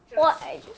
what